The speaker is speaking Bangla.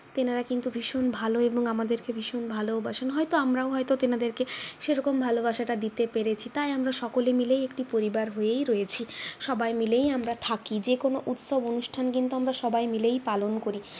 তেনারা কিন্তু ভীষণ ভালো এবং আমদেরকে ভীষণ ভালোবাসেন হয়তো আমরাও হয়তো তেনাদেরকে সেরকম ভালোবাসাটা দিতে পেরেছি তাই আমরা সকলে মিলেই একটি পরিবার হয়েই রয়েছি সবাই মিলেই আমরা থাকি যে কোনও উত্সব অনুষ্ঠান কিন্তু আমরা সবাই মিলেই পালন করি